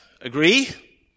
Agree